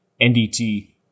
NDT